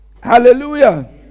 Hallelujah